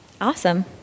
Awesome